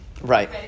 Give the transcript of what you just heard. Right